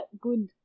good